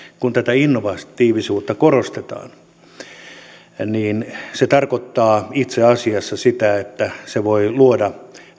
kun tätä innovatiivisuutta korostetaan niin se tarkoittaa itse asiassa sitä että se voi luoda